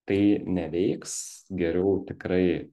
tai neveiks geriau tikrai